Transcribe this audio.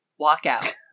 walkout